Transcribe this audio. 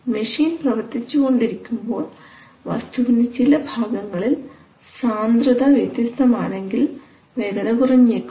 machine പ്രവർത്തിച്ചുകൊണ്ടിരിക്കുമ്പോൾ വസ്തുവിൻറെ ചില ഭാഗങ്ങളിൽ സാന്ദ്രത വ്യത്യസ്തം ആണെങ്കിൽ വേഗത കുറഞ്ഞേക്കും